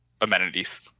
amenities